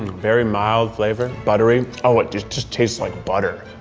very mild flavor, buttery. oh, it just just tastes like butter.